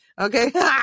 Okay